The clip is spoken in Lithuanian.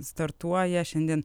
startuoja šiandien